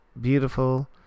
beautiful